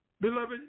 Beloved